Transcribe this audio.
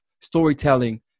storytelling